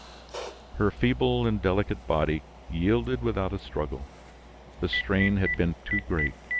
her feeble and delicate body yielded without a struggle the strain had been too great.